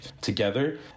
together